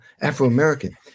Afro-American